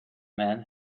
man